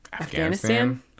afghanistan